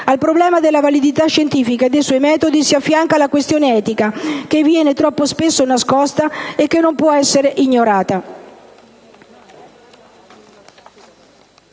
Al problema della validità scientifica dei suoi metodi si affianca la questione etica che viene troppo spesso nascosta e che non può essere ignorata.